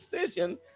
decision